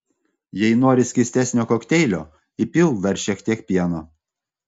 jei nori skystesnio kokteilio įpilk dar šiek tiek pieno